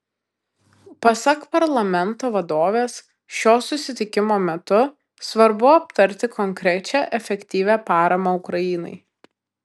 pasak parlamento vadovės šio susitikimo metu svarbu aptarti konkrečią efektyvią paramą ukrainai